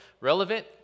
relevant